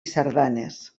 sardanes